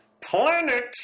planet